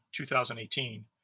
2018